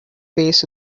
base